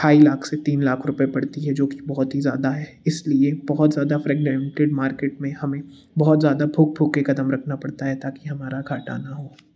ढाई लाख से तीन लाख रुपये पड़ती है जो कि बहुत ही ज़्यादा है इसलिए बहुत ज़्यादा फ्रेगमेंटेड मार्केट में हमें बहुत जादा फूँक फूँक कर कदम रखना पड़ता है ताकि हमारा घाटा न हो